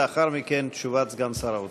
לאחר מכן, תשובת סגן שר האוצר.